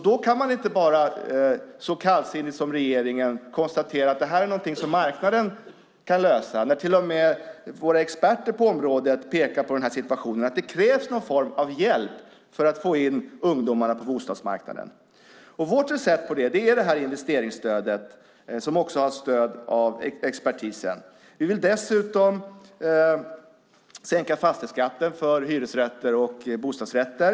Då kan man inte så kallsinnigt som regeringen konstatera att det är något som marknaden kan lösa. Till och med våra experter på området pekar på att det krävs någon form av hjälp för att få in ungdomarna på bostadsmarknaden. Vårt recept är ett investeringsstöd, och det stöds också av expertisen. Vi vill dessutom sänka fastighetsskatten för hyresrätter och bostadsrätter.